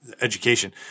education